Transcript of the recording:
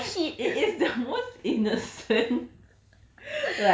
ya it is the most innocent